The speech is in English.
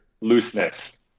Looseness